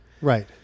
Right